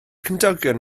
cymdogion